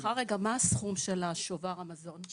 סליחה רגע, מה הסכום של שובר המזון?